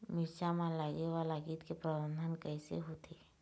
मिरचा मा लगे वाला कीट के प्रबंधन कइसे होथे?